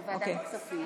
לוועדת הכספים.